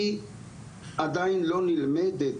היא עדיין לא נלמדת,